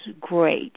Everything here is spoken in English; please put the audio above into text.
great